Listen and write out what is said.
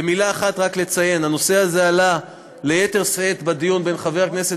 במילה אחת רק לציין: הנושא הזה עלה ביתר שאת בדיון בין חבר הכנסת